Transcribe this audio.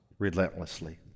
relentlessly